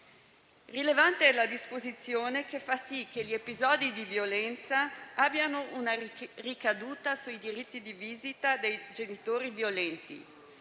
Rilevante è la disposizione che fa sì che gli episodi di violenza abbiano una ricaduta sui diritti di visita dei genitori violenti;